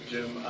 Jim